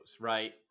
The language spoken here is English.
Right